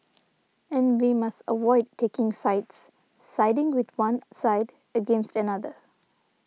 and we must avoid taking sides siding with one side against another